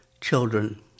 Children